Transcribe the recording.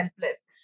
helpless